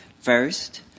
First